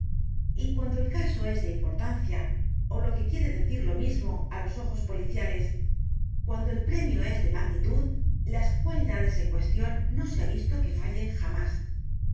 y cuandofil caso es de importancia ó lo que quiere decir lo mismo á los ojos policiales cuando é l premio es de magnitud las cualidades en euestión no se ha visto que fallen jamás